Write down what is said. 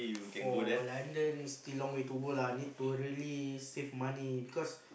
for London still long way to go lah need to really save money because